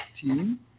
team